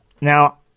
Now